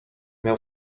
miał